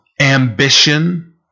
ambition